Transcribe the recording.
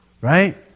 right